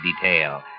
detail